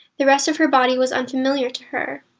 the rest of her body was unfamiliar to her.